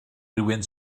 rywun